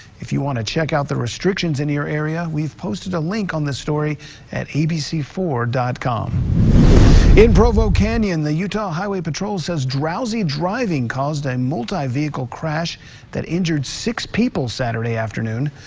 if you want to check out the restrictions in your area we've posted a link on this story at a b c four dot com. rick in provo canyon the utah highway patrol says drowsy driving caused a multi vehicle crash that injured six people saturday afternoon.